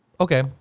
okay